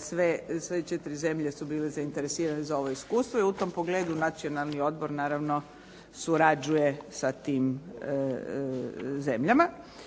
Sve četiri zemlje su bile zainteresirane za ovo iskustvo i u tom pogledu Nacionalni odbor naravno surađuje sa tim zemljama